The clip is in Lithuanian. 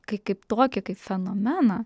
kai kaip tokį kaip fenomeną